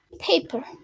paper